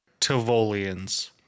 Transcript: Tivolians